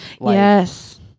Yes